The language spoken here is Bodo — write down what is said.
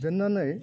दोन्नानै